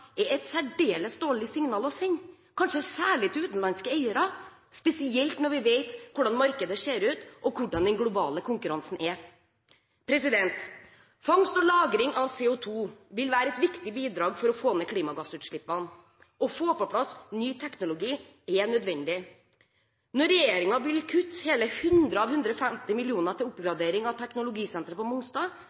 er et særdeles dårlig signal å sende, kanskje særlig til utenlandske eiere, spesielt når vi vet hvordan markedet ser ut, og hvordan den globale konkurransen er. Fangst og lagring av CO2 vil være et viktig bidrag for å få ned klimagassutslippene. Å få på plass ny teknologi er nødvendig. Når regjeringen vil kutte hele 100 av 150 mill. kr til oppgradering av teknologisenteret på Mongstad,